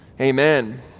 Amen